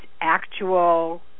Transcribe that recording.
actual